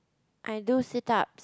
I do sit up